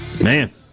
Man